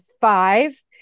five